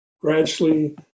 gradually